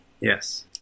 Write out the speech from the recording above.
Yes